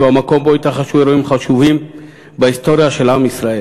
הוא המקום שבו התרחשו אירועים חשובים בהיסטוריה של עם ישראל.